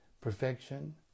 perfection